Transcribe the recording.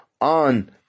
on